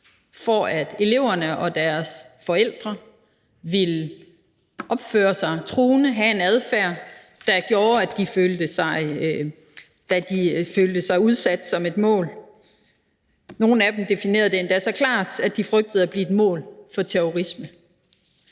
for, at eleverne og deres forældre ville opføre sig truende og have en adfærd, der gjorde, at de følte sig udsat som et mål. Nogle af dem definerede det endda så klart som, at de frygtede at blive et mål for terrorisme.